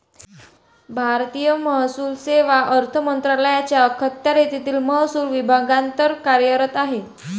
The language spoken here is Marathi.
भारतीय महसूल सेवा अर्थ मंत्रालयाच्या अखत्यारीतील महसूल विभागांतर्गत कार्यरत आहे